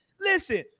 Listen